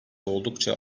oldukça